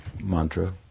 mantra